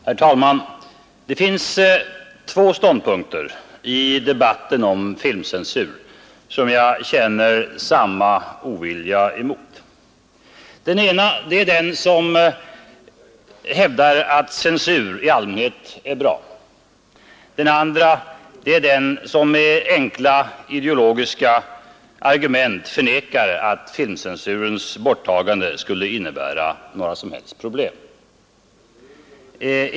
Herr talman! Det finns två ståndpunkter i debatten om filmcensuren som jag känner samma ovilja mot. Den ena är att censur i allmänhet är bra, den andra är den som med enkla ideologiska argument förnekar att filmcensurens borttagande skulle innebära några som helst problem.